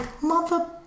mother